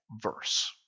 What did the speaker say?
verse